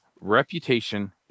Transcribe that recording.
reputation